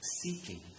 seeking